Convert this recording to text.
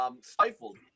stifled